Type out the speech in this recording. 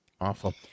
Awful